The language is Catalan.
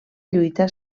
lluita